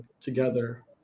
together